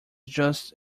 just